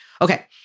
Okay